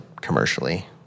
commercially